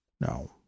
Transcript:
no